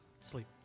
sleep